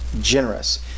generous